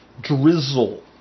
drizzle